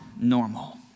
normal